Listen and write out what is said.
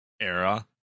era